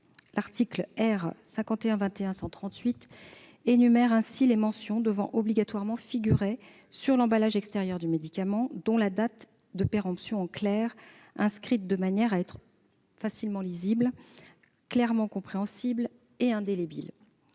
santé publique énumère ainsi les mentions devant obligatoirement figurer sur l'emballage extérieur du médicament, dont la date de péremption en clair, inscrite de manière à être facilement lisible, clairement compréhensible et indélébile.